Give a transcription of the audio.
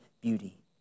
beauty